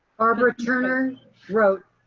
barbara turner wrote,